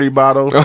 bottle